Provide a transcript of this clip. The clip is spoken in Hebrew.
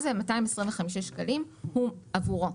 ואז זה 225 שקלים עבורו.